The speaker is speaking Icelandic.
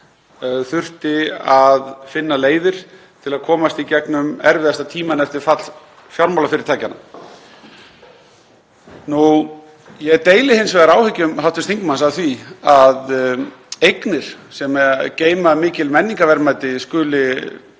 þurfti að finna leiðir til að komast í gegnum erfiðasta tímann eftir fall fjármálafyrirtækjanna. Ég deili hins vegar áhyggjum hv. þingmanns af því að eignir sem geyma mikil menningarverðmæti skuli